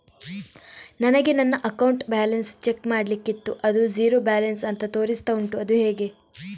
ನನಗೆ ನನ್ನ account balance check ಮಾಡ್ಲಿಕ್ಕಿತ್ತು ಅದು ಝೀರೋ ಬ್ಯಾಲೆನ್ಸ್ ಅಂತ ತೋರಿಸ್ತಾ ಉಂಟು ಅದು ಹೇಗೆ?